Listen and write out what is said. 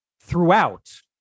throughout